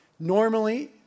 Normally